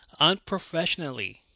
unprofessionally